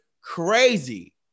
Crazy